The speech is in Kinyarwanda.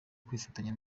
kwifatanya